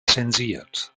zensiert